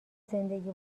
زندگی